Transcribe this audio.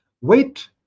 Wait